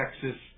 Texas